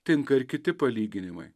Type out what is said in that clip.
tinka ir kiti palyginimai